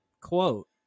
quote